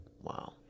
Wow